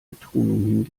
betonung